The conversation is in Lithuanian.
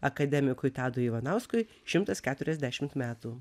akademikui tadui ivanauskui šimtas keturiasdešimt metų